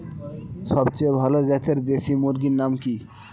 সবচেয়ে ভালো জাতের দেশি মুরগির নাম কি?